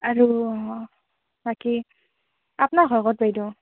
আৰু বাকী আপ্নাৰ ঘৰ ক'ত বাইদেউ